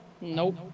Nope